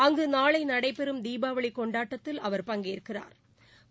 அங்கு நாளை நடைபெறும் தீபாவளி கொண்டாட்டத்தில் பங்கேற்கிறா்